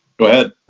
go ahead.